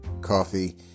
coffee